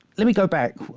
let me go back,